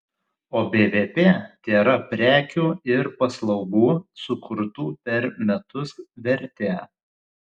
o bvp tėra prekių ir paslaugų sukurtų per metus vertė